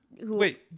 Wait